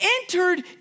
entered